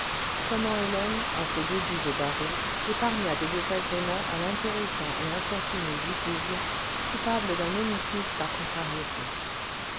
comment hélène à ses débuts au barreau épargne des désagréments à l'intéressant et infortuné jupille coupable d'un homicide par contrariété